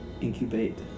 incubate